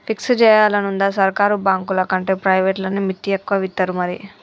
fix జేయాలనుందా, సర్కారు బాంకులకంటే ప్రైవేట్లనే మిత్తి ఎక్కువిత్తరు మరి